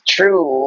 True